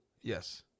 Yes